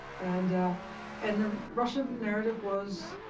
and and the russia narrative was